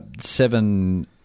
Seven